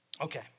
Okay